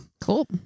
Cool